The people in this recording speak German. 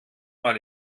mal